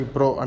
Pro